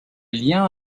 liens